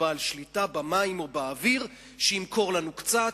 בעל שליטה במים או באוויר שימכור לנו קצת,